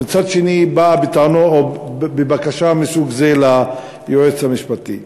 ומצד שני היא באה בבקשה מסוג זה ליועץ המשפטי.